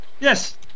Yes